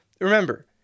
Remember